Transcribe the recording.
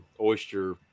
oyster